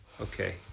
Okay